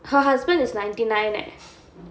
her husband is ninety nine eh